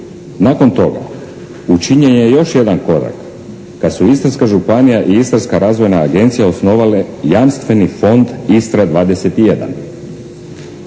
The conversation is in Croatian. Nakon toga učinjen je još jedan korak kad su Istarska županija i Istarska razvojna agencija osnovale Jamstveni fond Istra 21.